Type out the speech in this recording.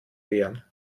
wehren